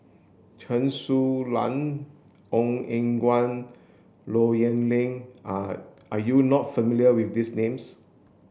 Chen Su Lan Ong Eng Guan Low Yen Ling are are you not familiar with these names